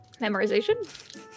Memorization